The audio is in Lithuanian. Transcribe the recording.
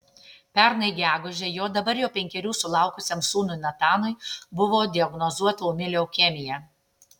pernai gegužę jo dabar jau penkerių sulaukusiam sūnui natanui buvo diagnozuota ūmi leukemija